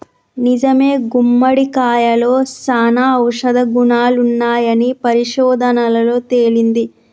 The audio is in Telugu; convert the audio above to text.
నిజమే గుమ్మడికాయలో సానా ఔషధ గుణాలున్నాయని పరిశోధనలలో తేలింది